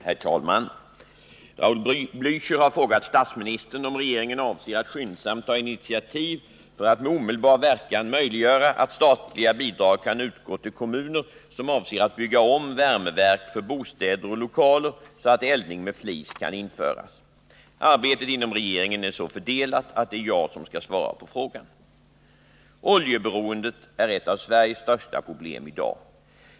Herr talman! Raul Blächer har frågat statsministern om regeringen avser att skyndsamt ta initiativ för att med omedelbar verkan möjliggöra att statliga bidrag kan utgå till kommuner som avser att bygga om värmeverk för bostäder och lokaler så att eldning med flis kan införas. Arbetet inom regeringen är så fördelat att det är jag som skall svara på frågan. Oljeberoendet är ett av Sveriges största problem i dag.